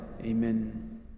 Amen